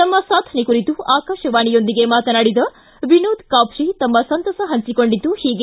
ತಮ್ಮ ಸಾಧನೆ ಕುರಿತು ಆಕಾಶವಾಣೆಯೊಂದಿಗೆ ಮಾತನಾಡಿದ ವಿನೋದ್ ಕಾಪಶಿ ತಮ್ಮ ಸಂತಸ ಹಂಚಿಕೊಂಡಿದ್ದು ಹೀಗೆ